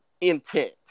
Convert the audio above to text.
intent